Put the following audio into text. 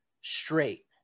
straight